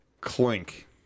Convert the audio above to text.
Clink